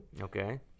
Okay